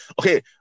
Okay